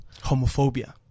Homophobia